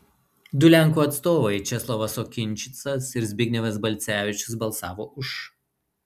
du lenkų atstovai česlovas okinčicas ir zbignevas balcevičius balsavo už